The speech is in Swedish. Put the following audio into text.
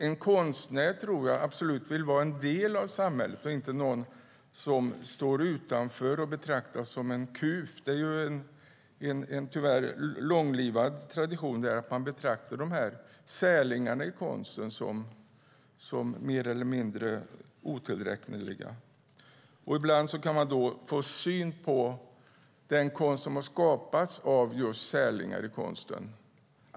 En konstnär vill absolut vara en del av samhället, inte någon som står utanför och betraktas som en kuf. Det är tyvärr en långlivad tradition att betrakta särlingarna i konsten som mer eller mindre otillräkneliga. Ibland får man syn på den konst som har skapats av särlingar i konsten.